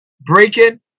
breaking